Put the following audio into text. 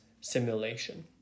simulation